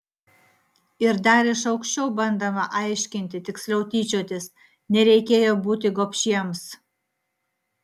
ir dar iš aukščiau bandoma aiškinti tiksliau tyčiotis nereikėjo būti gobšiems